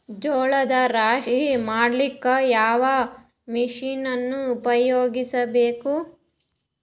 ಜೋಳದ ರಾಶಿ ಮಾಡ್ಲಿಕ್ಕ ಯಾವ ಮಷೀನನ್ನು ಉಪಯೋಗಿಸಬೇಕು?